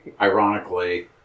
Ironically